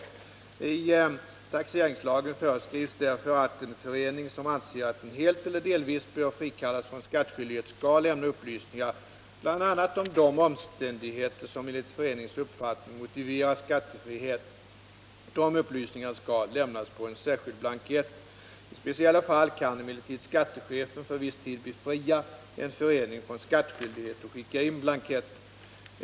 I 33 § taxeringslagen föreskrivs därför att en förening, som anser att den helt eller delvis bör frikallas från skattskyldighet, skall lämna upplysningar bl.a. om de omständigheter som enligt föreningens uppfattning motiverar skattefrihet. Dessa upplysningar skall lämnas på en särskild blankett, den s.k. blankett 4. I speciella fall kan emellertid skattechefen för viss tid befria en förening från skyldighet att skicka in blanketten.